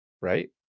Right